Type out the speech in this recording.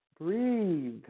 Breathe